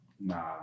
Nah